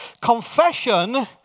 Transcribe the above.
Confession